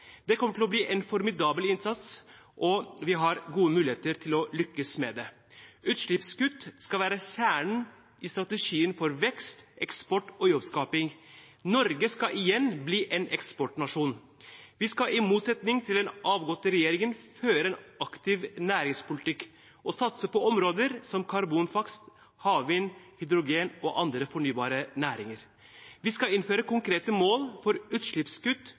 Det kommer til å bli en formidabel innsats, og vi har gode muligheter til å lykkes med det. Utslippskutt skal være kjernen i strategien for vekst, eksport og jobbskaping. Norge skal igjen bli en eksportnasjon. Vi skal i motsetning til den avgåtte regjeringen føre en aktiv næringspolitikk og satse på områder som karbonfangst, havvind, hydrogen og andre fornybare næringer. Vi skal innføre konkrete mål for utslippskutt